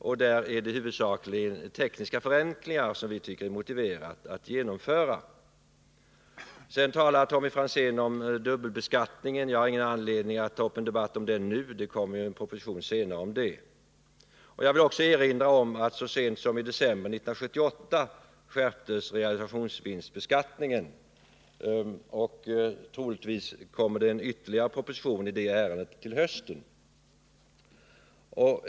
Här gäller det huvudsakligen tekniska förenklingar, som vi tycker att det är motiverat att genomföra. Tommy Franzén talar sedan om dubbelbeskattningen. Jag har ingen anledning att ta upp en debatt om den nu. Det kommer ju en proposition om detta senare. Jag vill också erinra om att realisationsvinstbeskattningen skärptes så sent som i december 1978, och troligtvis kommer det ytterligare en proposition i detta ärende under hösten.